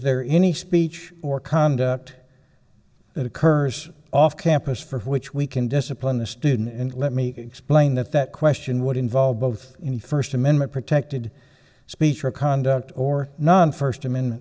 there any speech or conduct that occurs off campus for which we can discipline the student and let me explain that that question would involve both in first amendment protected speech or conduct or none first amendment